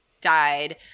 died